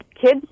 kids